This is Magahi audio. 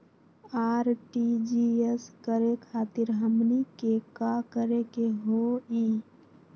आर.टी.जी.एस करे खातीर हमनी के का करे के हो ई?